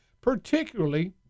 particularly